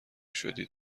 شدید